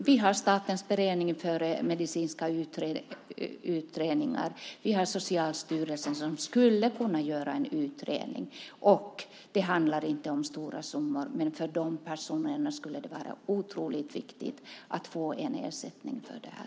Vi har Statens beredning för medicinsk utvärdering. Vi har Socialstyrelsen som skulle kunna göra en utredning. Det handlar inte om stora summor, men för de personerna skulle det vara otroligt viktigt att få en ersättning för det här.